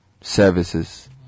services